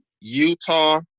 Utah